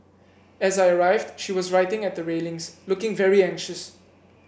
as I arrived she was writing at the railings looking very anxious